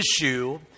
issue